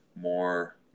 more